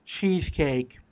cheesecake